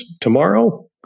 tomorrow